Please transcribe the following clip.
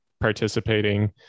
participating